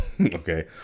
okay